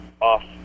off